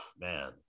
man